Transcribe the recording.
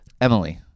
Emily